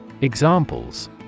Examples